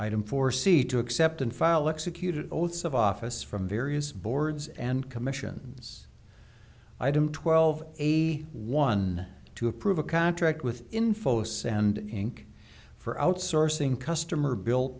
item four see to accept and file executed oaths of office from various boards and commissions i do twelve eighty one to approve a contract with infosys and inc for outsourcing customer bil